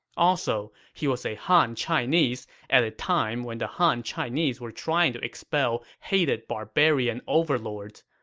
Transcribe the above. also, he was a han chinese at a time when the han chinese were trying to expel hated barbarian overlords.